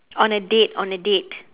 on a date on a date